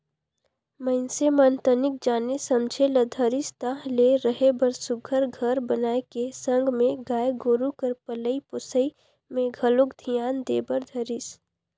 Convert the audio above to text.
मइनसे मन तनिक जाने समझे ल धरिस ताहले रहें बर सुग्घर घर बनाए के संग में गाय गोरु कर पलई पोसई में घलोक धियान दे बर धरिस